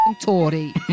Tory